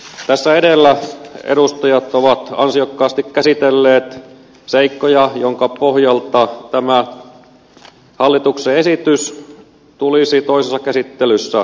tässä edellä edustajat ovat ansiokkaasti käsitelleet seikkoja joiden pohjalta tämä hallituksen esitys tulisi toisessa käsittelyssä hylätä